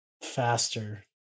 faster